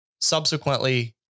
subsequently